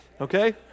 okay